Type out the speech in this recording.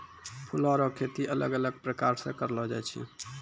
फूलो रो खेती अलग अलग प्रकार से करलो जाय छै